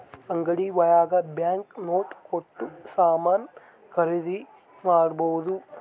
ಅಂಗಡಿ ಒಳಗ bank note ಕೊಟ್ಟು ಸಾಮಾನ್ ಖರೀದಿ ಮಾಡ್ಬೋದು